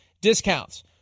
discounts